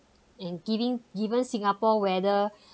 and giving given singapore weather